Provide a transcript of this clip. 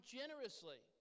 generously